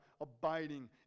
abiding